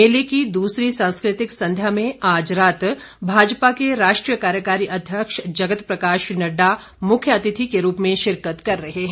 मेले की दूसरी सांस्कृतिक संध्या में आज रात भाजपा के राष्ट्रीय कार्यकारी अध्यक्ष जगत प्रकाश नड्डा मुख्य अतिथि के रूप में शिरकत कर रहे हैं